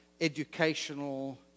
educational